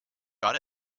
got